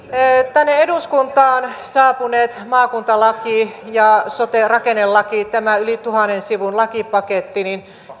tänne eduskuntaan saapuneet maakuntalaki ja sote rakennelaki tämä yli tuhannen sivun lakipakettihan